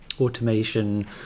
automation